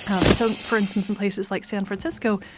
um and so, for instance, in places like san francisco,